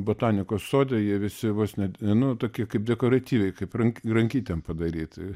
botanikos sode jie visi vos ne nu tokie kaip dekoratyviai kaip rankytėm padaryti